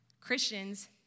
Christians